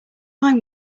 mind